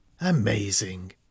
amazing